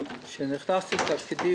כשנכנסתי לתפקיד,